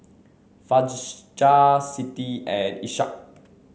Siti and Ishak